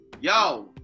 yo